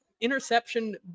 interception